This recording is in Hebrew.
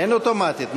אין אוטומטית.